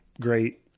Great